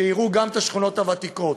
שיראו גם את השכונות הוותיקות.